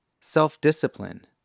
Self-discipline